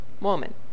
woman